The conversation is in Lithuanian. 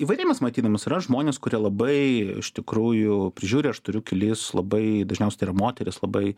įvairiai mes maitinamės yra žmonės kurie labai iš tikrųjų prižiūri aš turiu kelis labai dažniausiai tai yra moterys labai